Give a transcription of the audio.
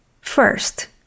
first